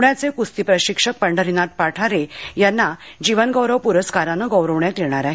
पुण्याचे कुस्ती प्रशिक्षक पंढरीनाथ पाठारे यांना जीवनगौरव पुरस्कारानं गौरवण्यात येणार आहे